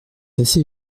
assez